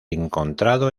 encontrado